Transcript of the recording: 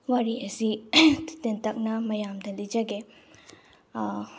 ꯋꯥꯔꯤ ꯑꯁꯤ ꯇꯦꯟꯇꯛꯅ ꯃꯌꯥꯝꯗ ꯂꯤꯖꯒꯦ